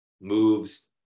moves